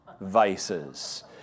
vices